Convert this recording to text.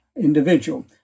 individual